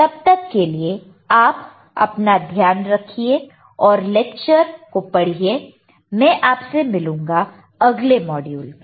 तब तक के लिए आप अपना ध्यान रखिए और लेक्चर को पढ़िए मैं आपसे मिलूंगा अगले मॉड्यूल में